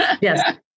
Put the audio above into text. Yes